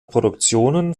produktionen